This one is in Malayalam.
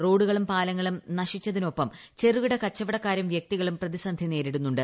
റോഡുകളും പാലങ്ങളും നശിച്ചതിനൊപ്പം ചെറുകിട കച്ചവടക്കാരും വൃക്തികളും പ്രതിസന്ധി നേരിടുന്നുണ്ട്